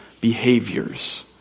behaviors